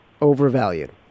overvalued